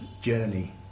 journey